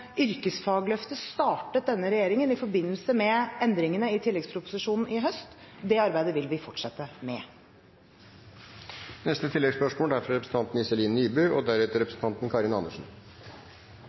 yrkesfagløftet startet denne regjeringen i forbindelse med endringene i tilleggsproposisjonen i høst. Det arbeidet vil vi fortsette med. Iselin Nybø – til oppfølgingsspørsmål. Jeg forstår statsråden sånn at hun er